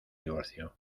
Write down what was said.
divorcio